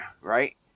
right